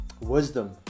wisdom